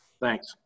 Thanks